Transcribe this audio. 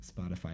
Spotify